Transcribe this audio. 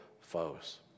foes